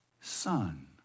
son